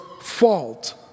fault